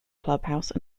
clubhouse